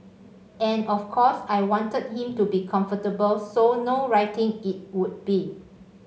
and of course I wanted him to be comfortable so no writing it would be